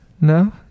No